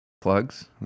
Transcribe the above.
Plugs